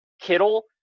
Kittle